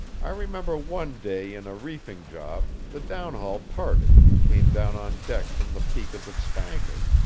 i remember one day in a reefing job, the downhaul parted and came down on deck from the peak of the spanker.